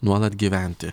nuolat gyventi